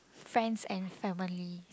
friends and family